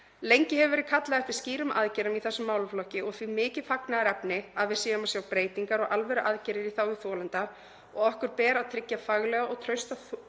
Lengi hefur verið kallað eftir skýrum aðgerðum í þessum málaflokki og því mikið fagnaðarefni að við séum að sjá breytingar og alvöruaðgerðir í þágu þolenda. Okkur ber að tryggja faglega og trausta